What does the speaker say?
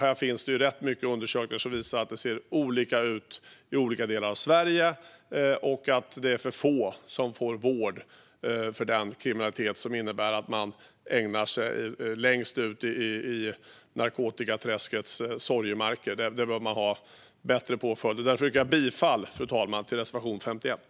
Det finns rätt många undersökningar som visar att det ser olika ut i olika delar av Sverige och att det är för få som får vård för den kriminalitet som de ägnar sig åt längst ut i narkotikaträskets sorgemarker. Där behöver vi ha bättre påföljder. Därför, fru talman, yrkar jag bifall till reservation 51.